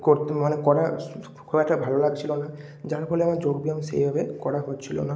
করতে মানে করা খুব একটা ভালো লাগছিল না যার ফলে আমার যোগব্যায়াম সেইভাবে করা হচ্ছিল না